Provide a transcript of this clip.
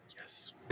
Yes